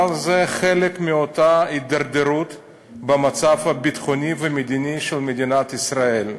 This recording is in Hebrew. אבל זה חלק מאותה הידרדרות במצב הביטחוני והמדיני של מדינת ישראל.